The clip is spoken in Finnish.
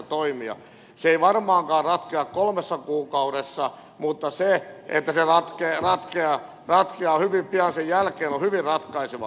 se ei varmaankaan ratkea kolmessa kuukaudessa mutta se että se ratkeaa hyvin pian sen jälkeen on hyvin ratkaisevaa